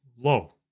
low